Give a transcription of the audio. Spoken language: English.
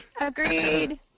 Agreed